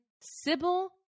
sybil